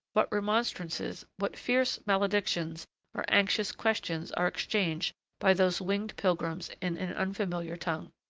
what remonstrances, what fierce maledictions or anxious questions are exchanged by those winged pilgrims in an unfamiliar tongue!